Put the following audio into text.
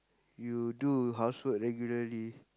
you do housework regularly